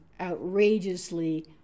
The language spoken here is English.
outrageously